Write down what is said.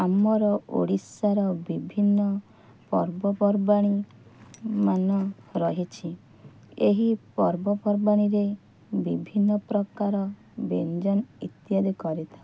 ଆମର ଓଡ଼ିଶାର ବିଭିନ୍ନ ପର୍ବପର୍ବାଣୀ ମାନ ରହିଛି ଏହି ପର୍ବପର୍ବାଣୀରେ ବିଭିନ୍ନ ପ୍ରକାର ବ୍ୟଞ୍ଜନ ଇତ୍ୟାଦି କରିଥାଉ